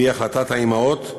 והיא החלטת האימהות,